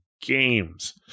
games